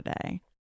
today